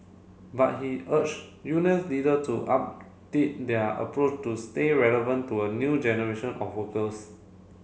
but he urge unions leader to update their approach to stay relevant to a new generation of workers